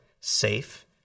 safe